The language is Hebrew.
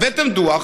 הבאתם דוח,